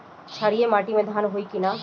क्षारिय माटी में धान होई की न?